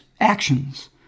actions